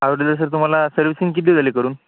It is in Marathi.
आठवत असेल तुम्हाला सर्विसिंग किती झाली करून